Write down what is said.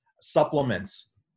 supplements